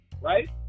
right